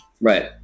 Right